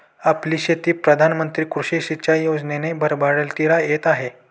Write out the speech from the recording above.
आपली शेती प्रधान मंत्री कृषी सिंचाई योजनेने भरभराटीला येत आहे